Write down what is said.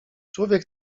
człowiek